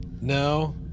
No